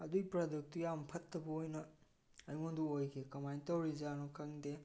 ꯑꯗꯨꯏ ꯄ꯭ꯔꯗꯛꯇꯨ ꯌꯥꯝ ꯐꯠꯇꯕ ꯑꯣꯏꯅ ꯑꯩꯉꯣꯟꯗ ꯑꯣꯏꯈꯤ ꯀꯃꯥꯏꯅ ꯇꯧꯔꯤꯖꯥꯠꯅꯣ ꯈꯪꯗꯦ